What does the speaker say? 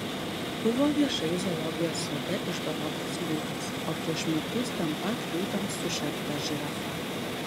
buvo viešai zoologijos sode išdorotas liūtas o prieš metus ten pat liūtams sušerta žirafa